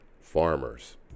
Farmers